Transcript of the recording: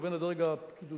ובין הדרג הפקידותי,